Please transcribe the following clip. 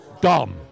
dumb